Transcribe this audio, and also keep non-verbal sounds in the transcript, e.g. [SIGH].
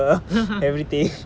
[LAUGHS]